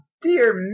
dear